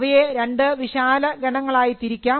അവയെ രണ്ടു വിശാല ഗണങ്ങളായി തിരിക്കാം